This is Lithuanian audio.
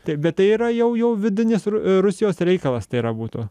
taip bet tai yra jau jau vidinis ru rusijos reikalas tai yra būtų